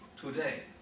today